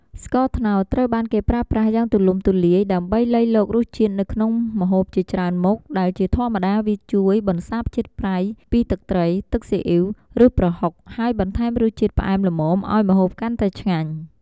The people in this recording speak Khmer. ស្ករត្នោតត្រូវបានគេប្រើប្រាស់យ៉ាងទូលំទូលាយដើម្បីលៃលករសជាតិនៅក្នុងម្ហូបជាច្រើនមុខ ដែលជាធម្មតាវាជួយ បន្សាបជាតិប្រៃ ពីទឹកត្រី ទឹកស៊ីអ៉ីវ ឬប្រហុក ហើយបន្ថែមរសជាតិផ្អែមល្មមឱ្យម្ហូបកាន់តែឆ្ងាញ់។